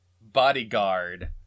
bodyguard